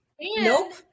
nope